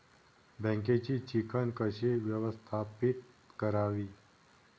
बँकेची चिकण कशी व्यवस्थापित करावी?